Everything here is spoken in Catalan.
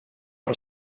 per